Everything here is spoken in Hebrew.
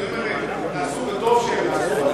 הדברים האלה נעשו וטוב שנעשו.